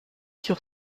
sur